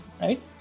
right